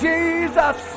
Jesus